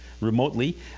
remotely